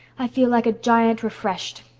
i feel like a giant refreshed.